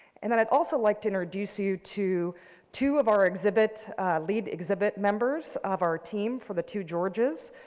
and then i'd also like to introduce you to two of our exhibit lead exhibit members of our team for the two georges,